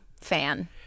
fan